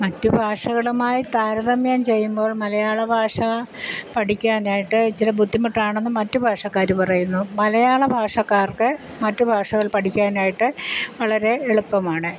മറ്റു ഭാഷകളുമായി താരതമ്യം ചെയ്യുമ്പോൾ മലയാള ബാഷ പഠിക്കാനായിട്ട് ഇച്ചിരെ ബുദ്ധിമുട്ടാണെന്ന് മറ്റ് ഭാഷക്കാർ പറയുന്നു മലയാള ഭാഷക്കാർക്ക് മറ്റു ഭാഷകൾ പഠിക്കാനായിട്ട് വളരെ എളുപ്പമാണ്